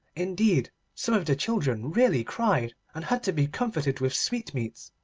indeed some of the children really cried, and had to be comforted with sweetmeats,